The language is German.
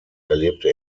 erlebte